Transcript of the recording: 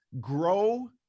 grow